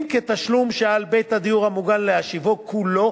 אם כתשלום שעל בית הדיור המוגן להשיבו, כולו